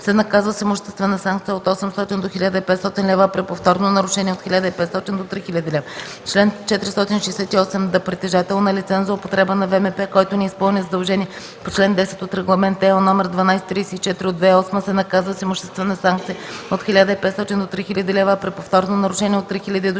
се наказва с имуществена санкция от 800 до 1500 лв., а при повторно нарушение – от 1500 до 3000 лв. Чл. 468д. Притежател на лиценз за употреба на ВМП, който не изпълни задължение по чл. 10 от Регламент (ЕО) № 1234/2008, се наказва с имуществена санкция от 1500 до 3000 лв., а при повторно нарушение – от 3000 до